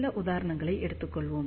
சில உதாரணங்களை எடுத்துக் கொள்வோம்